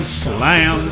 slam